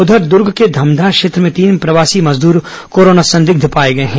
उधर दूर्ग के धमधा क्षेत्र में तीन प्रवासी मजदूर कोरोना संदिग्ध पाए गए हैं